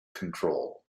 control